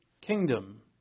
kingdom